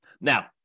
Now